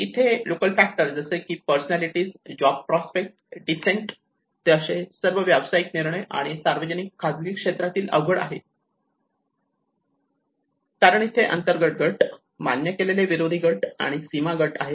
इथे local factor जसे की पर्सनॅलिटीज जोब प्रोस्पेक्ट्स डिसेंट ते असे सर्व व्यावसायिक निर्णय आणि सार्वजनिक व खाजगी क्षेत्रातील आवड हे आहेत कारण इथे अंतर्गत गट मान्य केलेले विरोधी गट आणि सीमा गट आहेत